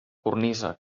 cornisa